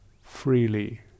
freely